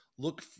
look